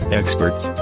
experts